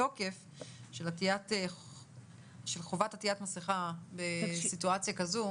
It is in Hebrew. לתוקף של חובת עטיית מסכה בסיטואציה כזו.